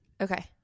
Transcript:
Okay